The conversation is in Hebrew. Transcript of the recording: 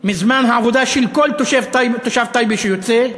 מזמן העבודה של כל תושב טייבה שיוצא,